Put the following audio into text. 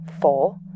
four